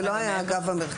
זה לא היה אגב המרכז,